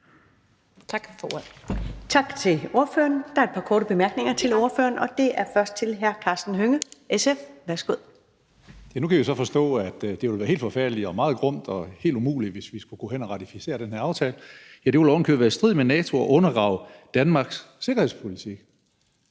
Tak for ordet.